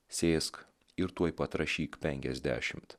sėsk ir tuoj pat rašyk penkiasdešimt